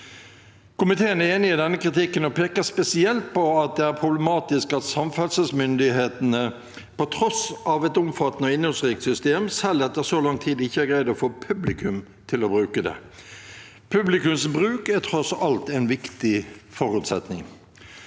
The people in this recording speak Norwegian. Komiteen er enig i denne kritikken og peker spesielt på at det er problematisk at samferdselsmyndighetene, på tross av et omfattende og innholdsrikt system, selv etter så lang tid ikke har greid å få publikum til å bruke det. Publikums bruk er tross alt en viktig forutsetning.